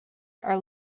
are